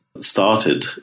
started